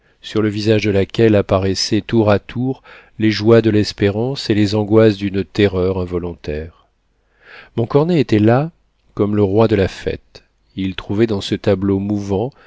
sur le visage de laquelle apparaissaient tour à tour les joies de l'espérance et les angoisses d'une terreur involontaire montcornet était là comme le roi de la fête il trouvait dans ce tableau mouvant